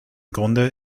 grunde